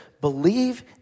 believe